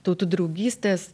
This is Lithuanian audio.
tautų draugystės